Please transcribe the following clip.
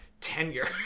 tenure